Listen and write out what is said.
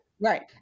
right